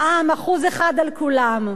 מע"מ 1% על כולם.